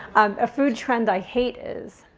a food trend i hate is?